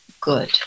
good